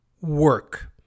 work